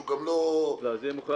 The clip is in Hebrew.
לא, זה מוחרג